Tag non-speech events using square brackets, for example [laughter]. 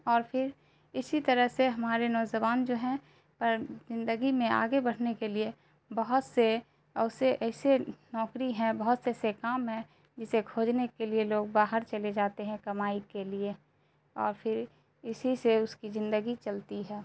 اور پھر اسی طرح سے ہمارے نوجوان جو ہیں [unintelligible] زندگی میں آگے بڑھنے کے لیے بہت سے اور اسے ایسے نوکری ہیں بہت سے ایسے کام ہیں جسے کھوجنے کے لیے لوگ باہر چلے جاتے ہیں کمائی کے لیے اور پھر اسی سے اس کی زندگی چلتی ہے